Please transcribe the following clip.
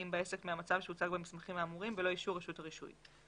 בעסק מן המצב שהוצג במסמכים האמורים בלא אישור רשות הרישוי.